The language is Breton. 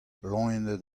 loened